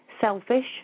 selfish